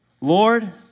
Lord